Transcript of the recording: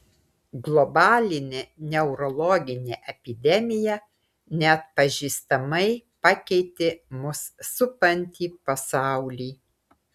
globalinė neurologinė epidemija neatpažįstamai pakeitė mus supantį pasaulį